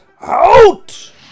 out